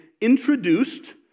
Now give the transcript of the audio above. introduced